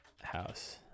house